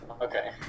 Okay